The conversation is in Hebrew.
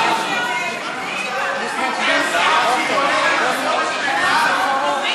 הממשלה תומכת, איזה בלגן.